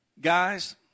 Guys